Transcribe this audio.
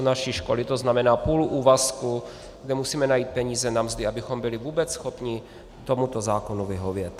U naší školy to znamená půl úvazku, kde musíme najít peníze na mzdy, abychom byli vůbec schopni tomuto zákonu vyhovět.